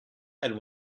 and